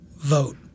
Vote